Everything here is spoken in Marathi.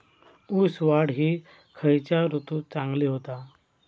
ऊस वाढ ही खयच्या ऋतूत चांगली होता?